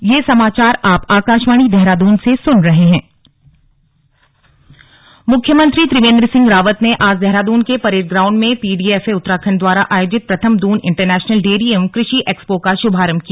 किसान मेला मुख्यमंत्री त्रिवेन्द्र सिंह रावत ने आज देहरादून के परेड ग्राउंड में पीडीएफए उत्तराखण्ड द्वारा आयोजित प्रथम दून इंटरनेशनल डेयरी एवं कृषि एक्सपो का शुभारम्भ किया